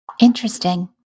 Interesting